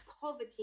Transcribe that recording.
poverty